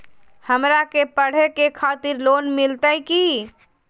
हमरा के पढ़े के खातिर लोन मिलते की?